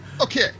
Okay